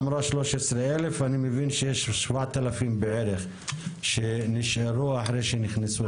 אמרה 13,000. אני מבין שיש 7,000 בערך שנשארו אחרי שנכנסו לארץ.